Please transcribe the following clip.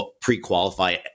pre-qualify